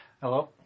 Hello